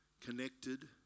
connected